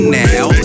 now